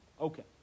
Okay